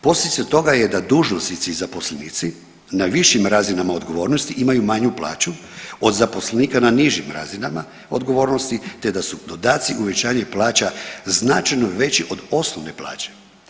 Posljedica toga je da dužnosnici i zaposlenici na višim razinama odgovornosti imaju manju plaću od zaposlenika na nižim razinama odgovornosti te da su dodaci uvećanje plaća značajno veći od osnovne plaće.